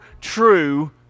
true